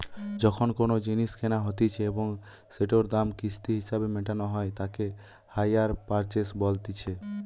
যখন কোনো জিনিস কেনা হতিছে এবং সেটোর দাম কিস্তি হিসেবে মেটানো হই তাকে হাইয়ার পারচেস বলতিছে